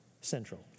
central